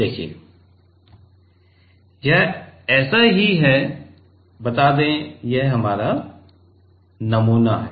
देखिए यह ऐसा ही है बता दें कि यह हमारा नमूना है